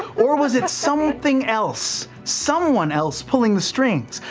or was it something else, someone else pulling the strings?